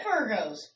Virgos